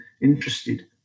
interested